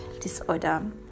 disorder